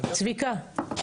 צביקה,